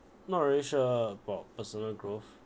not really sure about personal growth